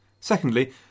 Secondly